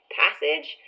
passage